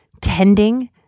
tending